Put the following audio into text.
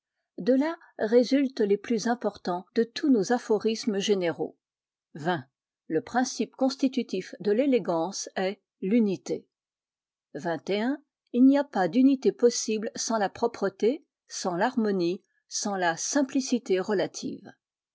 de là résultent les plus importants de tous nos aphorismes généraux xx le principe constitutif de l'élégance est v unité xxi il n'y a pas d'unité possible sans la propreté sans l'harmonie sans la simplicité relative